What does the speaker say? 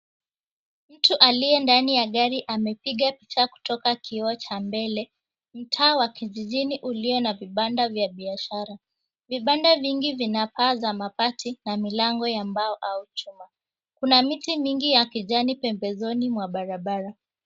Mtu aliye ndani ya gari amepiga picha kutoka kioo cha mbele. Mtaa wa kijijini uliye na vibanda vya biashara, vibanda vingi vina paa za mabati na milango ya mbao au chuma, kuna miti mingi ya kijani pembezoni mwa barabara.